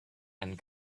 and